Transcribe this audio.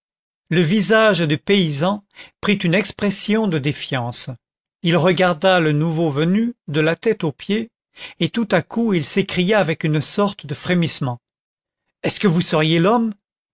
le visage du paysan prit une expression de défiance il regarda le nouveau venu de la tête aux pieds et tout à coup il s'écria avec une sorte de frémissement est-ce que vous seriez l'homme